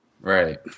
right